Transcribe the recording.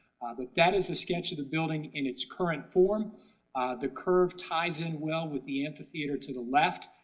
but that is a sketch of the building in its current form the curve ties in well with the amphitheater to the left,